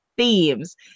themes